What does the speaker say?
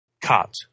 Cut